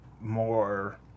more